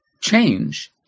change